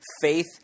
Faith